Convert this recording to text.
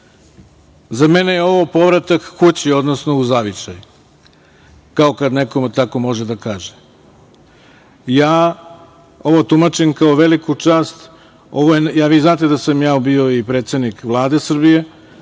Za mene je ovo povratak kući, odnosno u zavičaj, kao kad neko tako može da kaže. Ja ovo tumačim kao veliku čast. Vi znate da sam ja bio i predsednik Vlade Srbije